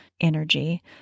energy